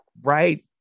right